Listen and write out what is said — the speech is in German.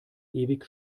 ewig